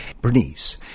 Bernice